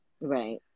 Right